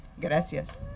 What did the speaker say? Gracias